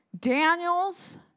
Daniel's